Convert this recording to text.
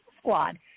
Squad